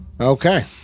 Okay